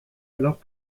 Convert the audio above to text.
alors